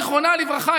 זיכרונה לברכה,